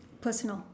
personal